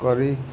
curry